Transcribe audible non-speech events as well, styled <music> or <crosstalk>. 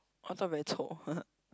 on top very 臭 <laughs>